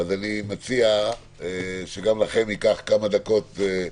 אני מציע שגם לכם ייקח כמה דקות,